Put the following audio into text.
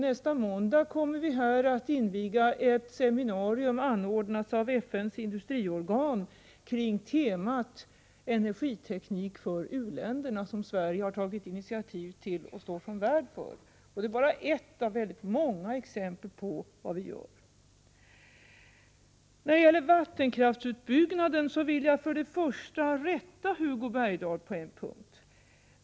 Nästa måndag kommer jag att inviga ett seminarium, anordnat av FN:s industriorgan, kring temat energiteknik för u-länderna, som Sverige har tagit initiativ till och står som värd för. Det är bara ett av många exempel spå vad vi gör. När det gäller vattenkraftsutbyggnaden vill jag först rätta Hugo Bergdahl på en punkt.